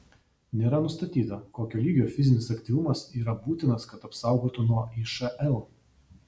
nėra nustatyta kokio lygio fizinis aktyvumas yra būtinas kad apsaugotų nuo išl